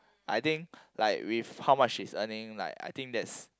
I think like with how much she is earning like I think that's